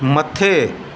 मथे